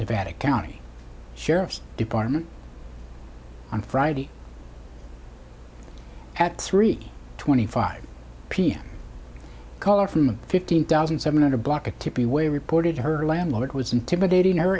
they had a county sheriff's department on friday at three twenty five p m caller from fifteen thousand seven hundred block a to be way reported her landlord was intimidating